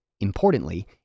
Importantly